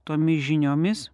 tomis žiniomis